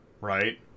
right